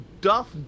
Duff